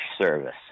service